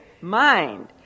mind